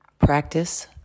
practice